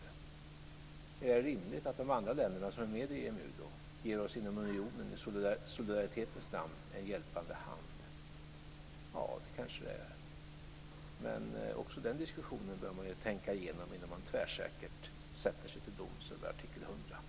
Är det då rimligt att de andra länderna som är med i EMU då i solidaritetens namn inom unionen ger oss en hjälpande hand? Ja, det kanske det är. Men också den diskussionen bör man ju tänka igenom innan man tvärsäkert sätter sig till doms över artikel 100.